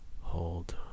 hold